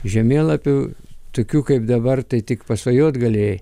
žemėlapių tokių kaip dabar tai tik pasvajot galėjai